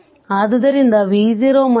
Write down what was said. ಆದ್ದರಿಂದ v0 v0